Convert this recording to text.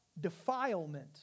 defilement